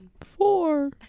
Four